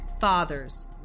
Fathers